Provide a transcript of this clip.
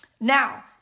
Now